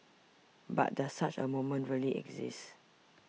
but does such a moment really exist